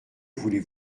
voulez